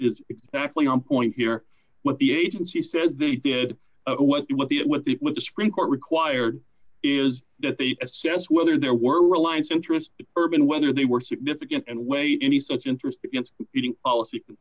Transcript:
is exactly on point here what the agency said they did what what the it what the what the screen court required is that they assess whether there were reliance interest urban whether they were significant and way any such interest eating policy